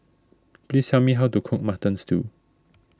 please tell me how to cook Mutton Stew